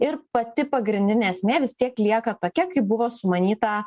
ir pati pagrindinė esmė vis tiek lieka tokia kaip buvo sumanyta